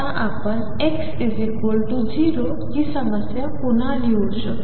तर आता आपण x0 ही समस्या पुन्हा लिहू शकतो